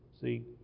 see